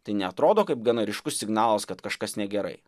tai neatrodo kaip gana ryškus signalas kad kažkas negerai